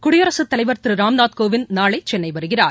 குடியரசுத் தலைவர் திரு ராம்நாத் கோவிந்த் நாளை சென்னை வருகிறார்